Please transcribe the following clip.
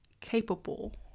capable